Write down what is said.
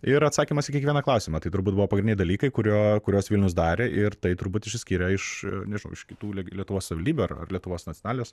ir atsakymas į kiekvieną klausimą tai turbūt buvo pagrindiniai dalykai kuriuo kuriuos vilnius darė ir tai turbūt išsiskiria iš nežinau iš kitų leg lietuvos savivaldybių ar lietuvos nacionalinės